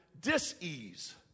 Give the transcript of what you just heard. dis-ease